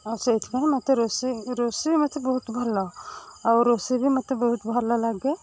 ଆଉ ସେଥିପାଇଁ ମତେ ରୋଷେଇ ରୋଷେଇ ମତେ ବହୁତ ଭଲ ଆଉ ରୋଷେଇ ବି ମତେ ବହୁତ ଭଲ ଲାଗେ